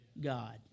God